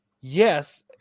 Yes